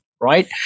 right